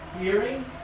Hearing